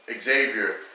Xavier